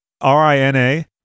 r-i-n-a